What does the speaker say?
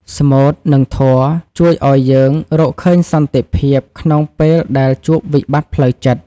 ស្មូត និងធម៌ជួយឱ្យយើងរកឃើញសន្តិភាពក្នុងពេលដែលជួបវិបត្តិផ្លូវចិត្ត។